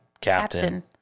captain